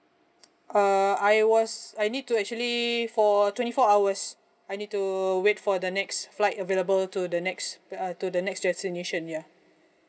uh I was I need to actually for twenty four hours I need to wait for the next flight available to the next uh to the next destination ya